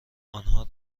انها